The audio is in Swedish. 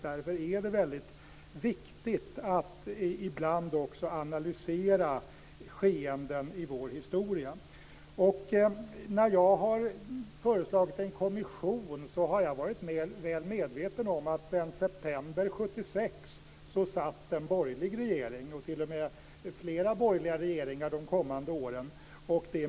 Därför är det väldigt viktigt att ibland också analysera skeenden i vår historia. När jag har föreslagit en kommission har jag varit väl medveten om att sedan september 1976 satt en borgerlig regering, t.o.m. flera borgerliga regeringar de kommande åren.